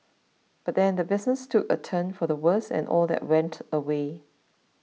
but then the business took a turn for the worse and all that went away